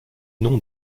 noms